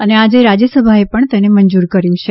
અને આજે રાજ્યસભાએ પણ તેને મંજૂર કર્યું છે